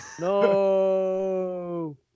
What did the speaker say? No